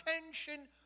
attention